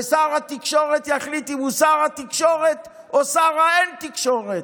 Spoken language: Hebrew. ושר התקשורת יחליט אם הוא שר התקשורת או שר האין תקשורת.